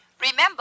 Remember